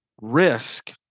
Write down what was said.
risk